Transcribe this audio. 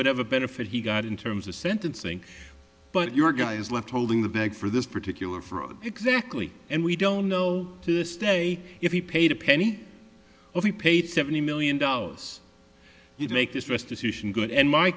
whatever benefit he got in terms of sentencing but your guy is left holding the bag for this particular fraud exactly and we don't know to this day if he paid a penny of the paid seventy million dollars you make this restitution good and my